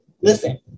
listen